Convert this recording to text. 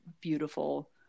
beautiful